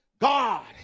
God